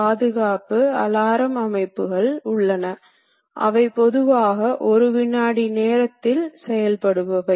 பாகத்தில் பல செயல்பாடுகள் நடக்கும் நேரங்களில் அமைவு நேரம் தேவைப்படுகிறது